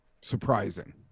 surprising